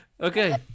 Okay